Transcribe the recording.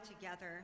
together